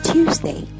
Tuesday